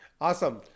awesome